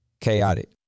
chaotic